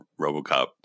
RoboCop